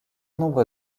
nombre